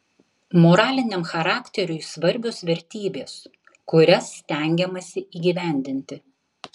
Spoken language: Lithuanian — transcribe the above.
moraliniam charakteriui svarbios vertybės kurias stengiamasi įgyvendinti